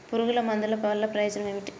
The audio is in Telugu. పురుగుల మందుల వల్ల ప్రయోజనం ఏమిటీ?